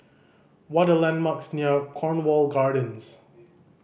what are the landmarks near Cornwall Gardens